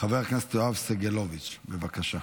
חבר הכנסת יואב סגלוביץ', בבקשה.